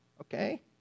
okay